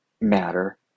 matter